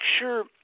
sure